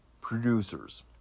producers